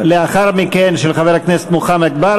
בחברה הערבית, של חבר הכנסת עיסאווי פריג'.